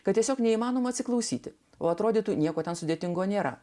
kad tiesiog neįmanoma atsiklausyti o atrodytų nieko ten sudėtingo nėra